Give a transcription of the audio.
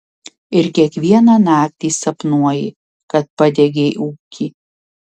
ir kiekvieną naktį sapnuoji kad padegei ūkį